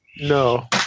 No